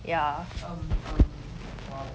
yeah um um !wow!